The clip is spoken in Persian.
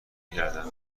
نکردم